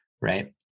right